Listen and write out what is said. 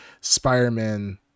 Spider-Man